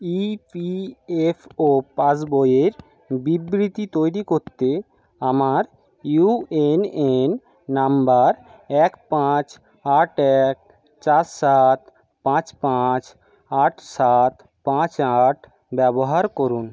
EPFO পাসবইয়ের বিবৃতি তৈরি করতে আমার ইউএনএন নাম্বার এক পাঁচ আট এক চার সাত পাঁচ পাঁচ আট সাত পাঁচ আট ব্যবহার করুন